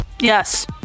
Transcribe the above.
Yes